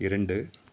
இரண்டு